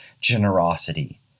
generosity